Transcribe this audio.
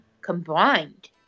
combined